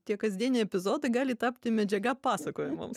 tie kasdieniai epizodai gali tapti medžiaga pasakojimams